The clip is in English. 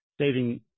saving